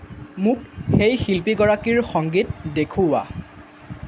মোক সেই শিল্পীগৰাকীৰ সংগীত দেখুওৱা